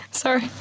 Sorry